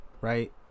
right